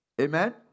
Amen